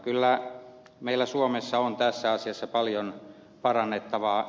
kyllä meillä suomessa on tässä asiassa paljon parannettavaa